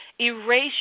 Erase